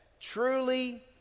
Truly